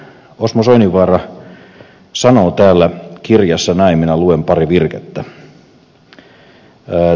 osmo soininvaara sanoo täällä kirjassa näin minä luen pari virkettä